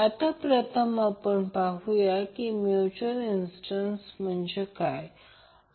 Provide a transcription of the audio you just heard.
आता प्रथम पाहूया म्यूच्यूअल इन्ड़टन्स म्हणजे काय ते